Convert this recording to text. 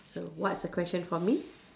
so what's the question for me